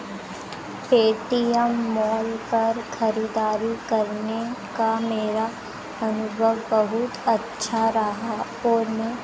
Paytm mall पर खरीदारी करने का मेरा अनुभव बहुत अच्छा रहा और मैं